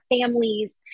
families